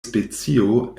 specio